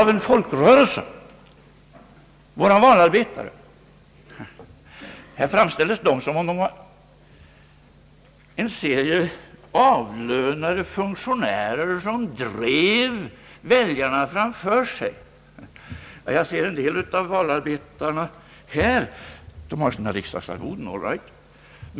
Våra valarbetare framställdes nyss som en rad avlönade funktionärer, som drev väljarna framför sig. Ja, jag ser en del av våra valarbetare här, och de har sina riksdagsarvoden. All right.